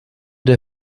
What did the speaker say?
der